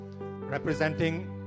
representing